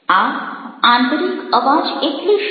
આ આંતરિક અવાજ એટલે શું